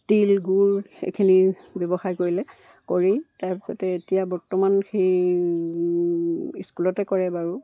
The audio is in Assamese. তিল গুৰ এইখিনি ব্যৱসায় কৰিলে কৰি তাৰপিছতে এতিয়া বৰ্তমান সেই স্কুলতে কৰে বাৰু